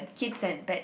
kids and pets